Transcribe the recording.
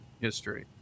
history